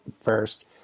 first